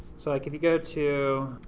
so like, if you go to,